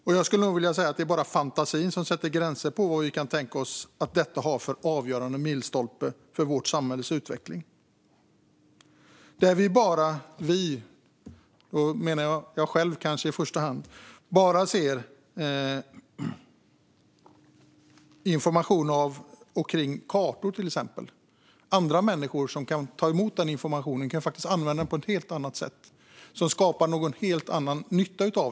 Det är bara fantasin som sätter gränser, vill jag säga, för var vi kan tänka oss att detta är en avgörande milstolpe för vårt samhälles utveckling. Där vi - och då menar jag kanske mig själv i första hand - bara ser information om kakor, till exempel, kan andra människor ta emot och använda den informationen på ett helt annat sätt som skapar en helt annan nytta.